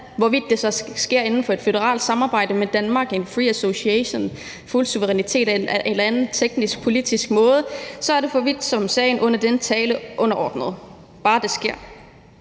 Hvorvidt det så sker inden for et føderalt samarbejde med Danmark, i en free association, med fuld suverænitet eller en anden teknisk, politisk måde, er for så vidt sagen underordnet – bare det sker.